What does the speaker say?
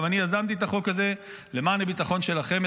אני יזמתי את החוק הזה למען הביטחון שלכם,